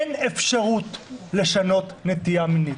אין אפשרות לשנות נטייה מינית.